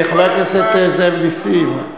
חבר הכנסת זאב נסים,